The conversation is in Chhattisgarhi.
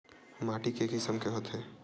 माटी के किसम के होथे?